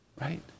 right